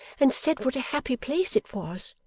and said what a happy place it was.